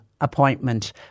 appointment